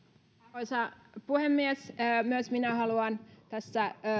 arvoisa puhemies myös minä haluan tässä